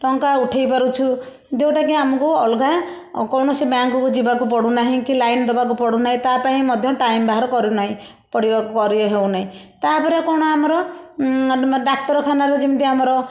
ଟଙ୍କା ଉଠାଇପାରୁଛୁ ଯେଉଁଟା କି ଆମକୁ ଅଲଗା କୌଣସି ବ୍ୟାଙ୍କ କୁ ଯିବାକୁ ପଡ଼ୁନାହିଁ କି ଲାଇନ ଦବାକୁ ପଡ଼ୁ ନାହିଁ ତା ପାଇଁ ମଧ୍ୟ ଟାଇମ ବାହାର କରୁ ନାହିଁ ପଡ଼ିବାକୁ କରି ହେଉନାହିଁ ତାପରେ କ'ଣ ନା ଆମର ଡାକ୍ତରଖାନା ରେ ଯେମିତି ଆମର